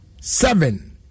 Seven